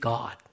God